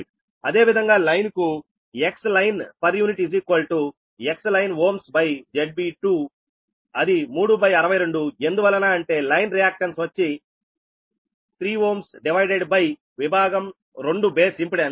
అదేవిధంగా లైన్ కు XLine XLineΩZB2అది 362ఎందువలన అంటే లైన్ రియాక్టన్స్ వచ్చి 3Ω డివైడెడ్ బై విభాగం 2 బేస్ ఇంపెడెన్స్